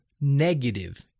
negative